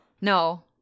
No